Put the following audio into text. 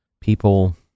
people